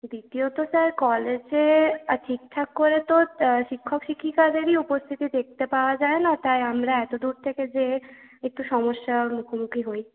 দ্বিতীয়ত স্যার কলেজে ঠিকঠাক করে তো শিক্ষক শিক্ষিকাদেরই উপস্থিতি দেখতে পাওয়া যায় না তাই আমরা এত দূর থেকে যেয়ে একটু সমস্যার মুখোমুখি হই